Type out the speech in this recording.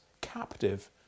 captive